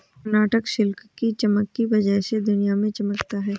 Karnataka silk की चमक की वजह से दुनिया में चमकता है